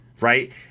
right